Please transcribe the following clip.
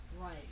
Right